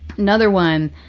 another one.